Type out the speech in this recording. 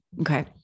Okay